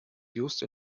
used